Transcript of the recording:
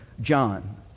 John